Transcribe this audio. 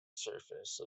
surface